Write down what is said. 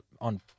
on